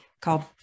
called